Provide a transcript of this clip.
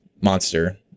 monster